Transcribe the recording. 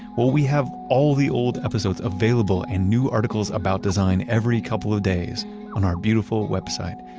well we have all the old episodes available, and new articles about design every couple of days on our beautiful website.